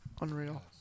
Unreal